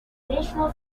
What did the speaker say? national